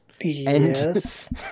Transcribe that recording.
Yes